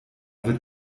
wird